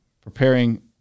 preparing